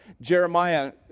Jeremiah